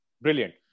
brilliant